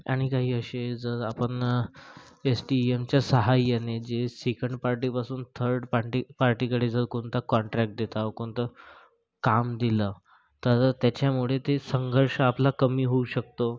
आणि काही असे जर आपण एस टी इ एनच्या सहाय्याने जे सेकंड पार्टीपासून थर्ड पार्टी पार्टीकडे जर कोणता कॉन्ट्रॅक्ट देत आहो कोणतं काम दिलं तर त्याच्यामुळे ते संघर्ष आपला कमी होऊ शकतो